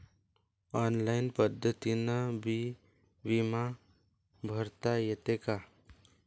Online पद्धतीनं बी बिमा भरता येते का?